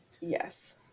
Yes